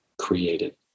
created